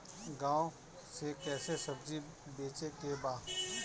गांव से कैसे सब्जी बेचे के बा?